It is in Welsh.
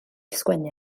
sgwennu